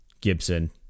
Gibson